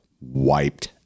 wiped